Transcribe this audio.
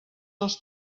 els